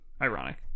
ironic